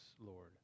Lord